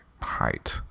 height